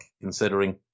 considering